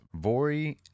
Vori